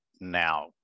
now